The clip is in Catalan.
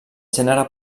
gènere